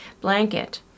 blanket